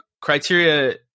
criteria